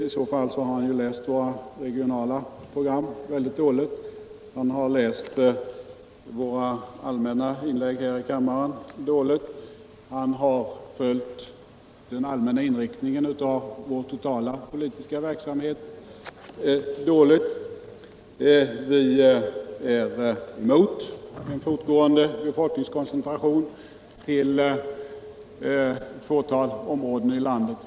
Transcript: I så fall har han läst våra regionala program dåligt, han har läst våra allmänna inlägg här i kammaren dåligt och han har följt den allmänna inriktningen av vår totala politiska verksamhet dåligt. Vi är emot en fortgående befolkningskoncentration till ett fåtal områden i landet.